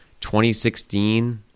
2016-